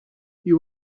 you